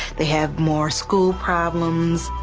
they have more school problems.